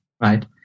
right